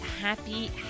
happy